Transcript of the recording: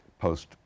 post